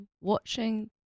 watching